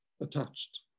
attached